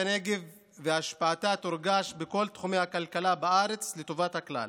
הנגב והשפעתה תורגש בכל תחומי הכלכלה בארץ לטובת הכלל.